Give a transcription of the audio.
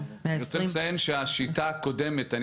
אני רוצה לציין שהשיטה הקודמת ואני